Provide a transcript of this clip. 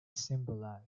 symbolized